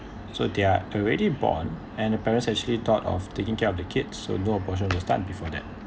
so they're already born and the parents actually thought of taking care of the kids so no abortion will start before that